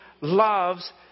loves